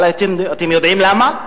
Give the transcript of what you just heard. אבל אתם יודעים למה?